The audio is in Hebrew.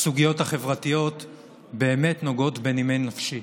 הסוגיות החברתיות באמת נוגעות בנימי נפשי.